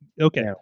okay